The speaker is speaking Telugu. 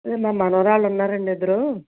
ఈమా మనవరాళ్లు ఉన్నారు అండి ఇద్దరు